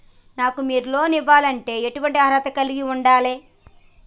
నాకు మీరు లోన్ ఇవ్వాలంటే ఎటువంటి అర్హత కలిగి వుండాలే?